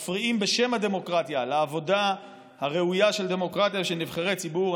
מפריעים בשם הדמוקרטיה לעבודה הראויה של דמוקרטיה ושל נבחרי ציבור,